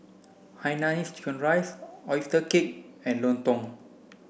Hainanese chicken rice oyster cake and Lontong